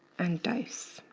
and dose.